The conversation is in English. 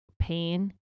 pain